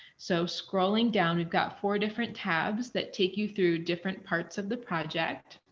so, scrolling down. we've got four different tabs that take you through different parts of the project.